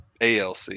ALC